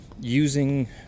using